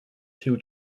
two